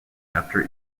after